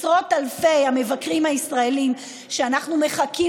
עשרות אלפי המבקרים הישראלים שאנחנו מחכים